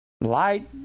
light